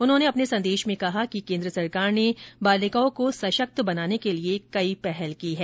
उन्होंने अपने संदेश में कहा कि केन्द्र सरकार ने बालिकाओं को सशक्त बनाने के लिए कई पहल की है